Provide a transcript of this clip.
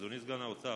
אדוני סגן שר האוצר,